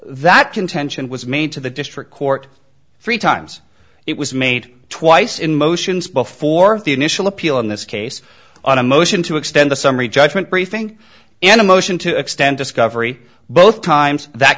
that contention was made to the district court three times it was made twice in motions before the initial appeal in this case on a motion to extend the summary judgment briefing and a motion to extend discovery both times that